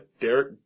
Derek